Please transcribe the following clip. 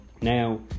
Now